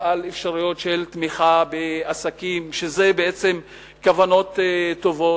אפשרויות של תמיכה בעסקים, שזה בעצם כוונות טובות.